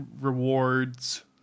rewards